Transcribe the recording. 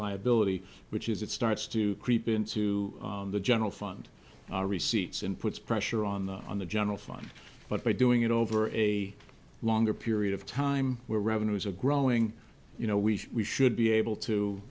liability which is it starts to creep into the general fund receipts and puts pressure on the on the general fund but by doing it over a longer period of time where revenues are growing you know we should we should be able to